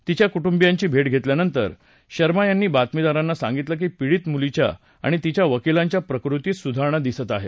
तिच्या कुटुंबियांची भेट घेतल्यानंतर शर्मा यांनी बातमीदारांना सांगितलं की पीडित मुलीच्या आणि तिच्या वकीलांच्या प्रकृतीत सुधारणा दिसत आहे